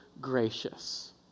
gracious